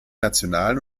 nationalen